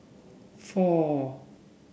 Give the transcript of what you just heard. four